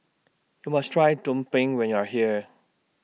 YOU must Try Tumpeng when YOU Are here